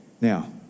Now